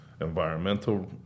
environmental